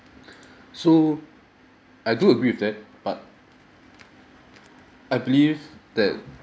so I do agree with that but I believe that